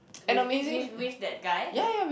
with with with that guy with